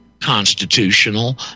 constitutional